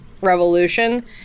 revolution